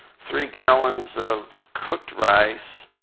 three gallons of cooked rice,